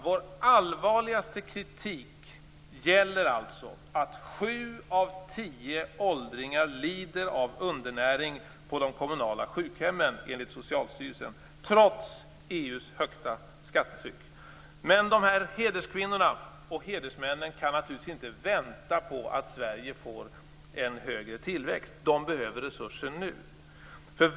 Vår allvarligaste kritik gäller alltså att sju av tio åldringar lider av undernäring på de kommunala sjukhemmen, enligt Socialstyrelsen, trots EU:s högsta skattetryck. Dessa hederskvinnor och hedersmän kan naturligtvis inte vänta på att Sverige får en högre tillväxt. De behöver resurser nu!